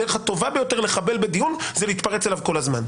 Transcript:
הדרך הטובה ביותר לחבל בדיון זה להתפרץ אליו כל הזמן.